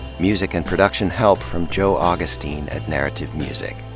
music and production help from joe augustine at narrative music.